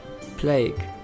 Plague